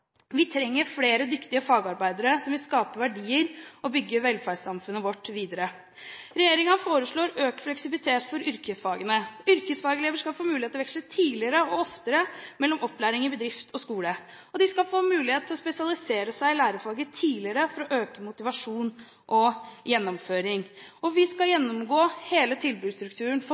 Vi trenger flere dyktige fagarbeidere som vil skape verdier og bygge velferdssamfunnet vårt videre. Regjeringen foreslår økt fleksibilitet for yrkesfagene. Yrkesfagelever skal få mulighet til å veksle tidligere og oftere mellom opplæring i bedrift og skole, og de skal få mulighet til å spesialisere seg i lærefaget tidligere for å øke motivasjon og gjennomføring. Vi skal også gjennomgå hele tilbudsstrukturen